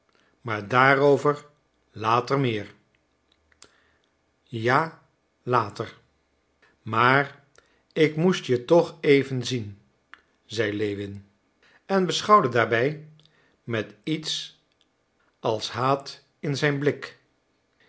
maar daarover later meer ja later maar ik moest je toch even zien zei lewin en beschouwde daarbij met iets als haat in zijn blik